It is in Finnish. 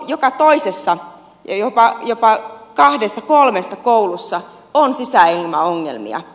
joka toisessa jopa kahdessa kolmesta koulussa on sisäilmaongelmia